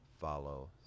follow